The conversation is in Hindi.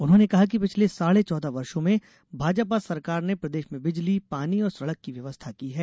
उन्होंने कहा कि पिछले साढे चौदह वर्षो में भाजपा सरकार ने प्रदेश में बिजली पानी और सड़क की व्यवस्था की है